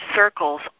circles